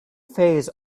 phase